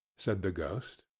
said the ghost.